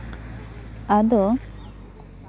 ᱟᱫᱚ